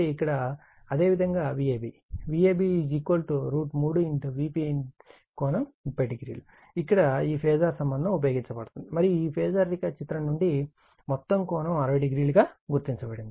కాబట్టి ఇక్కడ అదే విధంగా Vab Vab 3 Vp ∠300 ఇక్కడ ఈ ఫేజార్ సంబంధం ఉపయోగించబడుతుంది మరియు ఈ ఫేజార్ రేఖాచిత్రం నుండి మొత్తం కోణం 60o గా గుర్తించబడింది